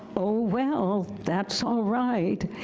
oh well, that's alright.